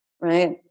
right